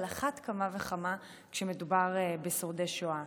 ועל אחת כמה וכמה כשמדובר בשורדי שואה.